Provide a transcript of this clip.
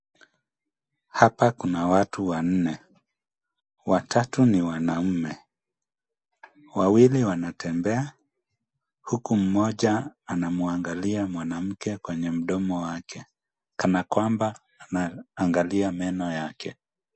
Hapa kuna watu wanne. Watatu ni wanaume. Wawili wanatembea. Huku mmoja anamwangalia mwanamke kwenye mdomo wake. Kana kwamba anaangalia meno yake.